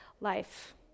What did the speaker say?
life